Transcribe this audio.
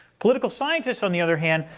political scientists, on the other hand,